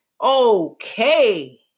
okay